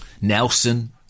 Nelson